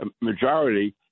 majority